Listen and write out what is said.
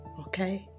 okay